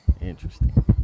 Interesting